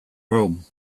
room